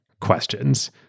questions